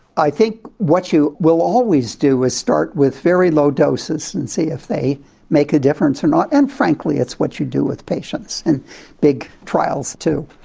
i think what you will always do is start with very low doses and see if they make a difference or not, and frankly it's what you do with patients in big trials too.